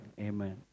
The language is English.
Amen